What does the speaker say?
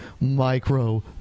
micro